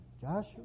Joshua